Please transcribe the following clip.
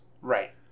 right